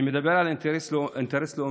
אני מדבר על אינטרס לאומי,